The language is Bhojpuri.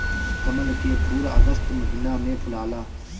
कमल के फूल अगस्त महिना में फुलाला